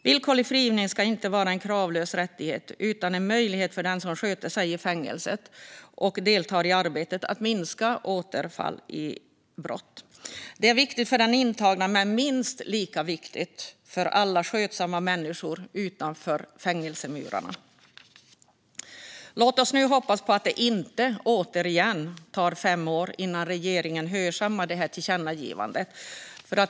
Villkorlig frigivning ska inte vara en kravlös rättighet utan en möjlighet för den som sköter sig i fängelset och deltar i arbetet att minska risken för återfall. Det är viktigt för den intagne men minst lika viktigt för alla skötsamma människor utanför fängelsemurarna. Låt oss nu hoppas på att det inte, återigen, tar fem år innan regeringen hörsammar tillkännagivandet.